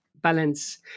balance